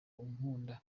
unkunda